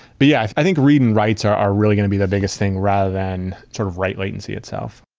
but yeah, i think read and writes are are really going to be the biggest thing rather than sort of write latency itself.